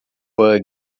bug